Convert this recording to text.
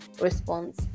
response